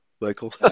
Michael